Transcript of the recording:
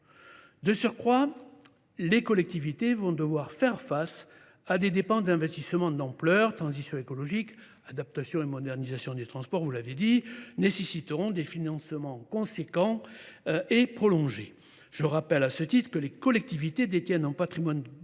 De surcroît, les collectivités vont devoir faire face à des dépenses d’investissement d’ampleur : transition écologique, adaptation et modernisation des transports nécessiteront des financements importants et prolongés. Je rappelle à ce titre que les collectivités détiennent un patrimoine bâti